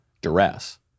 duress